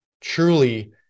truly